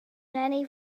many